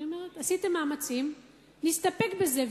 אני אומרת: עשיתם מאמצים, נסתפק בזה.